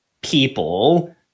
people